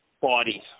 bodies